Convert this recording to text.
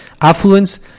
affluence